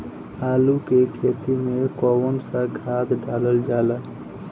आलू के खेती में कवन सा खाद डालल जाला?